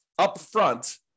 upfront